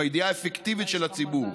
"בידיעה האפקטיבית של הציבור."